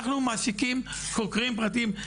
אנחנו מעסיקים חוקרים פרטיים,